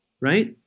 right